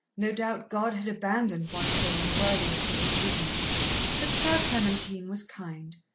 no doubt god had abandoned one so unworthy of his forgiveness but soeur clementine was kind,